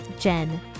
Jen